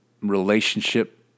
relationship